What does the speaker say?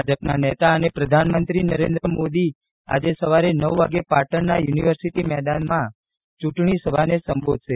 ભાજપના નેતા અને પ્રધાનમંત્રી નરેન્દ્રમોદી આજે સવારે નવ વાગે પાટણના યુનિવર્સિટી મેદાનમાં ચૂંટણીસભાને સંબોધશે